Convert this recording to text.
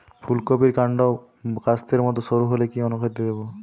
ফুলকপির কান্ড কাস্তের মত সরু হলে কি অনুখাদ্য দেবো?